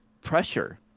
pressure